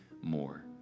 more